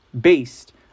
based